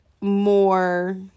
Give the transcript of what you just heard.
more